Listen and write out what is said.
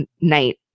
night